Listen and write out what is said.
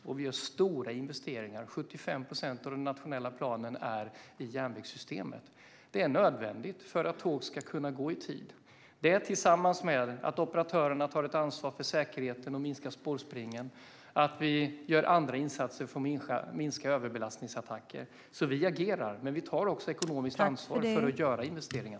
Och vi gör stora investeringar: 75 procent av den nationella planen går till järnvägssystemet. Det är nödvändigt för att tåg ska kunna gå i tid. Detta görs tillsammans med att operatörerna tar ett ansvar för säkerheten och minskar spårspringandet och att vi gör andra insatser för att minska överbelastningsattacker. Vi agerar, men vi tar också ekonomiskt ansvar för att göra investeringar.